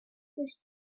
was